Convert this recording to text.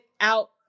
out